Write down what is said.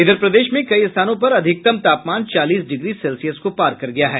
इधर प्रदेश में कई स्थानों पर अधिकतम तापमान चालीस डिग्री सेल्सियस को पार कर गया है